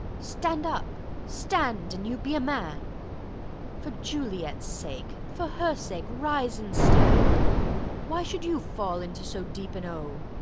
stand up stand, an you be a man for juliet's sake, for her sake, rise and stand why should you fall into so deep an o?